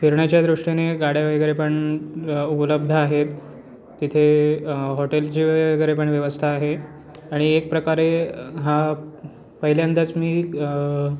फिरण्याच्या दृष्टीने गाड्या वगैरे पण उपलब्ध आहेत तिथे हॉटेलचे वगैरे पण व्यवस्था आहे आणि एक प्रकारे हा पहिल्यांदाच मी